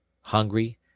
hungry